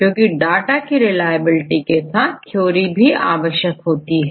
क्योंकि डाटा की रिलायबिलिटी के लिए थ्योरी आवश्यक है